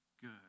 good